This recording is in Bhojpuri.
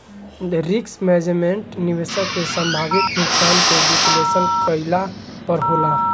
रिस्क मैनेजमेंट, निवेशक के संभावित नुकसान के विश्लेषण कईला पर होला